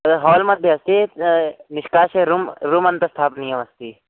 तद् हाल्मध्ये अस्ति निष्कास्य रूम् रूमन्तं स्थापनीयमस्ति